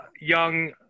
young